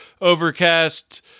Overcast